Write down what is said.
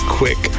quick